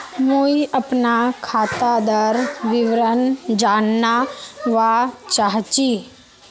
मुई अपना खातादार विवरण जानवा चाहची?